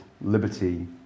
liberty